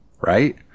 Right